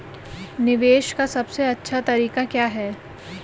निवेश का सबसे अच्छा तरीका क्या है?